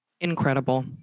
Incredible